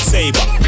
Saber